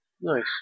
Nice